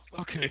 okay